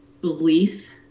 belief